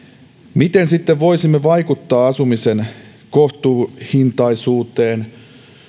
miten sitten voisimme vaikuttaa asumisen kohtuuhintaisuuteen